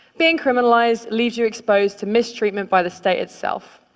being criminalized leaves you exposed to mistreatment by the state itself.